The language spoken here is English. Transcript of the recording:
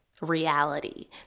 reality